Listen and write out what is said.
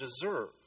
deserve